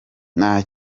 nta